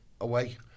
away